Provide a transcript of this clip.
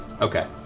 Okay